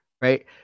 right